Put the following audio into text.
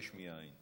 יש מאין.